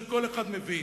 זה כל אחד מבין,